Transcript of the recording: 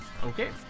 Okay